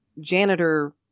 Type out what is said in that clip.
janitor